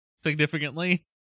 significantly